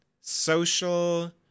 social